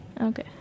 Okay